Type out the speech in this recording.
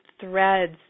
threads